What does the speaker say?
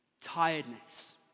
tiredness